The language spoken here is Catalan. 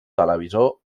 televisor